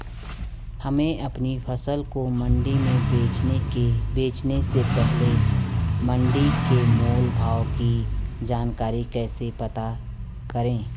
हमें अपनी फसल को मंडी में बेचने से पहले मंडी के मोल भाव की जानकारी कैसे पता करें?